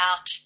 out